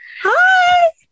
Hi